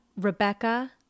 Rebecca